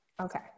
Okay